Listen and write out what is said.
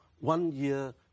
one-year